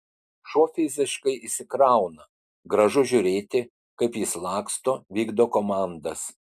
šuo fiziškai išsikrauna gražu žiūrėti kaip jis laksto vykdo komandas